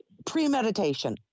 premeditation